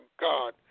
God